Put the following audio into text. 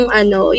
ano